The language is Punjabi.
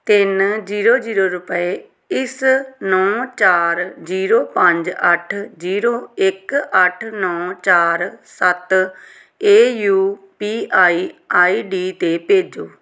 ਤਿੰਨ ਜੀਰੋ ਜੀਰੋ ਰੁਪਏ ਇਸ ਨੌਂ ਚਾਰ ਜੀਰੋ ਪੰਜ ਅੱਠ ਜੀਰੋ ਇੱਕ ਅੱਠ ਨੌਂ ਚਾਰ ਸੱਤ ਏ U P I I D 'ਤੇ ਭੇਜੋ